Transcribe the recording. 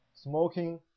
smoking